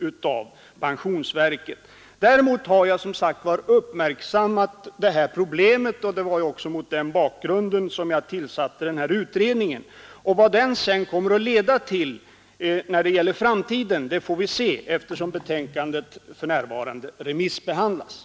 Jag vill ännu en gång framhålla att jag är medveten om att det trots den noggranna granskningen kan finnas brister i registreringen av gången tjänstetid, och det var också mot den bakgrunden som jag tillsatte utredningen. Vad den sedan kommer att leda till i framtiden får vi väl se, betänkandet remissbehandlas ju för närvarande.